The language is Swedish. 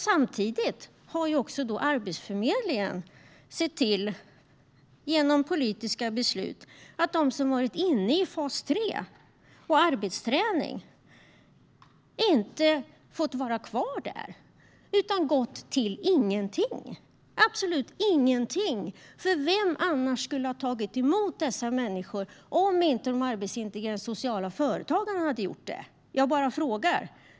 Samtidigt har Arbetsförmedlingen genom politiska beslut sett till att de som varit inne i fas 3 och arbetsträning inte fått vara kvar där utan fått gå till absolut ingenting. Vem skulle ha tagit emot dessa människor om inte de arbetsintegrerande sociala företagen hade gjort det? Jag bara frågar.